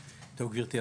טוב, גברתי.